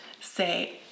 say